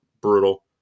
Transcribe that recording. brutal